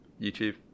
YouTube